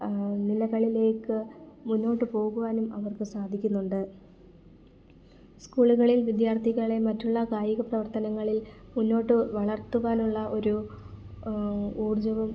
നിലകളിലേക്ക് മുന്നോട്ട് പോകുവാനും അവർക്ക് സാധിക്കുന്നുണ്ട് സ്കൂളുകളിൽ വിദ്യാർത്ഥികളെ മറ്റുള്ള കായിക പ്രവർത്തനങ്ങളിൽ മുന്നോട്ട് വളർത്തുവാനുള്ള ഒരു ഊർജവും